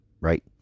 right